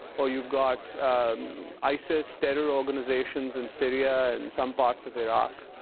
or you've got isis terror organizations in syria and some parts of iraq.